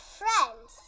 friends